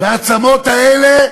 והעצמות האלה